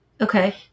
Okay